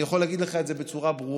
אני יכול להגיד לך את זה בצורה ברורה,